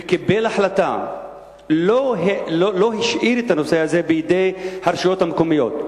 וקיבלו החלטה שלא להשאיר את הנושא הזה בידי הרשויות המקומיות,